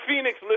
Phoenix